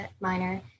minor